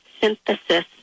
synthesis